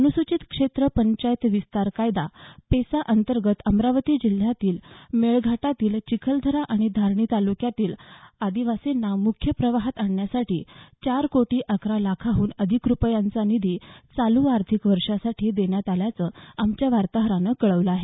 अनुसूचित क्षेत्र पंचायत विस्तार कायदा पेसा अंतर्गत अमरावती जिल्ह्यातल्या मेळघाटातील चिखलदरा आणि धारणी तालुक्यातील आदिवासींना मुख्य प्रवाहात आणण्यासाठी चार कोटी अकरा लाखाहून अधिक रुपयांचा निधी चालू आर्थिक वर्षासाठी देण्यात आल्याचं आमच्या वार्ताहारानं कळवलं आहे